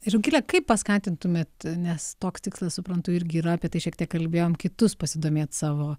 rugile kaip paskatintumėt nes toks tikslas suprantu irgi yra apie tai šiek tiek kalbėjom kitus pasidomėt savo